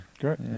Great